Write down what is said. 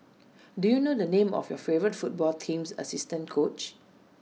do you know the name of your favourite football team's assistant coach